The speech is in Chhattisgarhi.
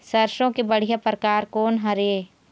सरसों के बढ़िया परकार कोन हर ये?